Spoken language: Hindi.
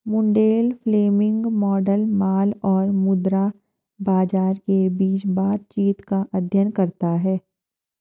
मुंडेल फ्लेमिंग मॉडल माल और मुद्रा बाजार के बीच बातचीत का अध्ययन करता है